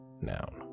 noun